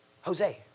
Jose